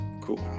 cool